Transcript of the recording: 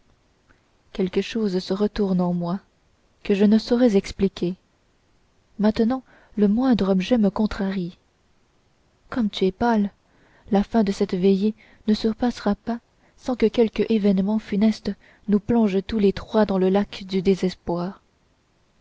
quelque chose se retourne en moi que je ne saurais expliquer maintenant le moindre objet me contrarie comme tu es pâle la fin de cette veillée ne se passera pas sans que quelque événement funeste nous plonge tous les trois dans le lac du désespoir